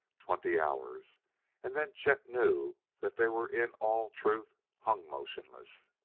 twenty hours and then chet knew that they were in all truth hung motionless,